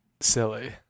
silly